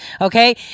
Okay